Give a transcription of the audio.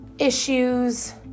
issues